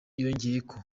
yongeyeko